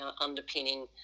underpinning